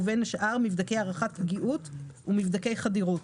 ובין השאר מבדקי הערכת פגיעות ומבדקי חדירות.